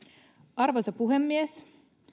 arvoisa puhemies